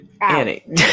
Annie